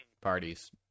Parties